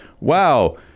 wow